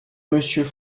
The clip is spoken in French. monsieur